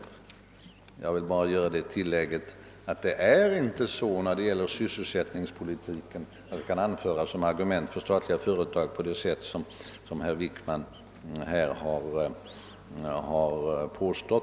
Jag vill bara göra det tillägget att det inte förhåller sig så, att sysselsättningspolitiken kan anföras som argument för statliga företag på det sätt som herr Wickman har påstått.